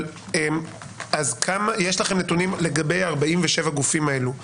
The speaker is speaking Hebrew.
יש לכם נתונים לגבי 47 הגופים האלו,